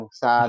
sa